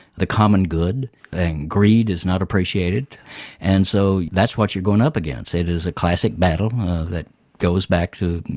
the common good and greed is not appreciated and so that's what you're going up against. it is a classic battle that goes back to,